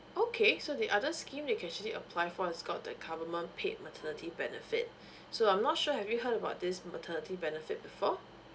okay so the other scheme you can actually apply for is called the government paid maternity benefits so I'm not sure have you heard about this maternity benefit before